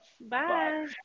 Bye